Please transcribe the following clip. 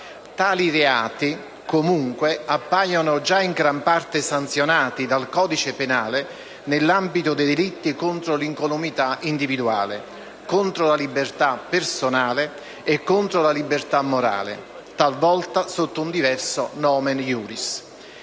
Tali reati, comunque, appaiono già in gran parte sanzionati dal codice penale nell'ambito dei delitti contro l'incolumità individuale, contro la libertà personale e contro la libertà morale, talvolta sotto un diverso *nomen juris*.